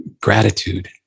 gratitude